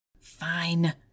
Fine